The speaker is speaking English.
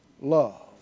love